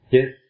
Yes